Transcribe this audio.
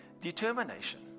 determination